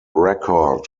record